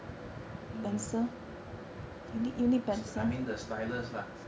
I mean the stylus lah